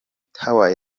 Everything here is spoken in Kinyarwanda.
tower